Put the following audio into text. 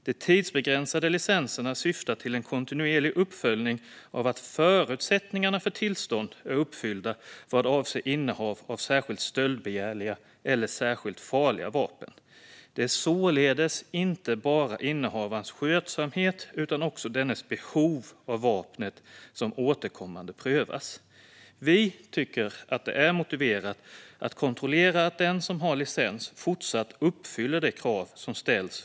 De tidsbegränsade licenserna syftar till en kontinuerlig uppföljning av att förutsättningarna för tillstånd är uppfyllda vad avser innehav av särskilt stöldbegärliga eller särskilt farliga vapen. Det är således inte bara innehavarens skötsamhet utan också dennes behov av vapnet som återkommande prövas. Vi tycker att det för att minimera antalet enhandsvapen är motiverat att kontrollera att den som har licens fortsatt uppfyller de krav som ställs.